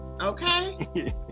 Okay